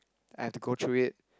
I have to go through it